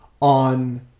on